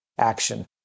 action